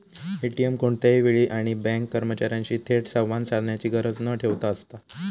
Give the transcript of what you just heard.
ATM कोणत्याही वेळी आणि बँक कर्मचार्यांशी थेट संवाद साधण्याची गरज न ठेवता असता